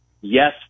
yes